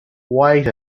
wait